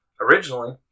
originally